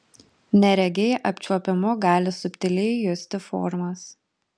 neregiai apčiuopimu gali subtiliai justi formas